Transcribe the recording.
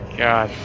god